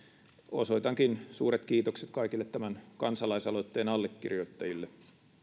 osoitankin suuret kiitokset kaikille tämän kansalaisaloitteen allekirjoittajille